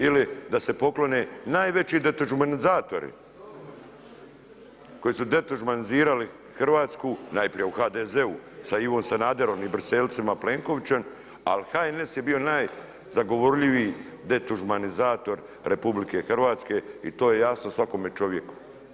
Ili da se poklone najveći detuđmanizatori, koji su detuđmanizirali Hrvatsku, najprije u HDZ-u sa Ivom Sanaderu i briselcima Plenkovićem, al HNS je bio najzagovorljiviji detuđmanizator RH i to je jasno svakom e čovjeku.